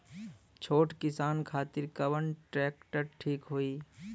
छोट किसान खातिर कवन ट्रेक्टर ठीक होई?